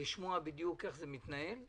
ולשמוע בדיוק איך זה מתנהל.